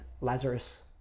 Lazarus